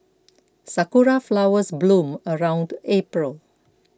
sakura flowers bloom around April